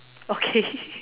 okay